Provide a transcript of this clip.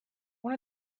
one